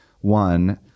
one